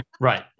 Right